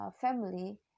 family